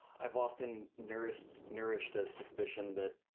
i've often nourished nourished a suspicion that.